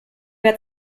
der